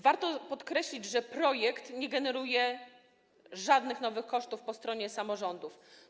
Warto podkreślić, że projekt nie generuje żadnych nowych kosztów po stronie samorządów.